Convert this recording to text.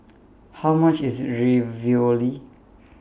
How much IS Ravioli